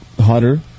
hotter